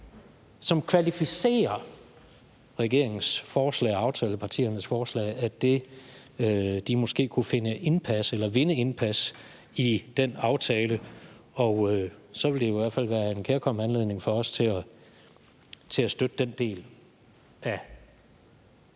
som kvalificerer regeringens forslag og aftalepartiernes forslag, måske kunne vinde indpas i den aftale. Og så ville det i hvert fald være en kærkommen anledning for os til at støtte den del af